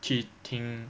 去听